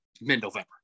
mid-November